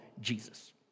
Jesus